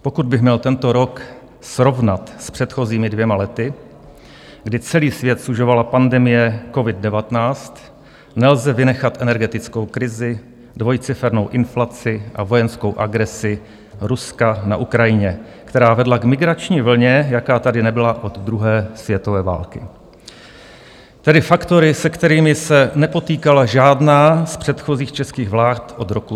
Pokud bych měl tento rok srovnat s předchozími dvěma lety, kdy celý svět sužovala pandemie COVID19, nelze vynechat energetickou krizi, dvojcifernou inflaci a vojenskou agresi Ruska na Ukrajině, která vedla k migrační vlně, jaká tady nebyla od druhé světové války, tedy faktory, se kterými se nepotýkala žádná z předchozích českých vlád od roku 1993.